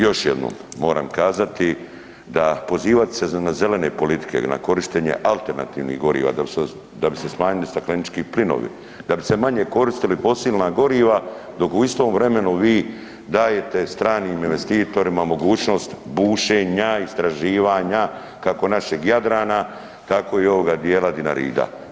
Još jednom moram kazati da pozivati se na zelene politike, na korištenje alternativnih goriva da bi se smanjili staklenički plinovi, da bi se manje koristili fosilna goriva dok u istom vremenu vi dajete stranim investitorima mogućnost bušenja, istraživanja, kako našeg Jadrana, tako i ovog dijela Dinarida.